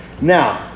Now